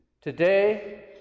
Today